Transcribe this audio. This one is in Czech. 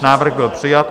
Návrh byl přijat.